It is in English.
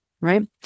right